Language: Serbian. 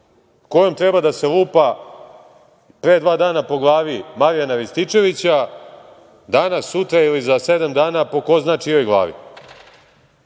kojom treba da se lupa pre dva dana po glavi Marijana Rističevića, danas, sutra ili za sedam dana, po ko zna čijoj glavi. Samo